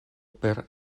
per